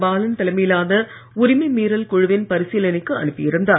பாலன் தலைமையிலான உரிமை மீறல் குழுவின் பரிசீலினைக்கு அனுப்பியிருந்தார்